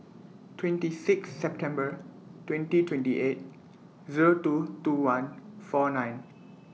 twenty six September twenty twenty eight Zero two two one four nine